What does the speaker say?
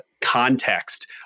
context